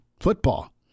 football